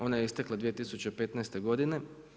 Ona je istekla 2015. godine.